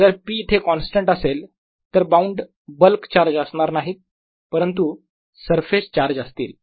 जर p इथे constant असेल तर बाउंड बल्क चार्ज असणार नाहीत परंतु सरफेस चार्ज असतील